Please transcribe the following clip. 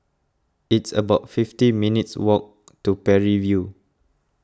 it's about fifty minutes' walk to Parry View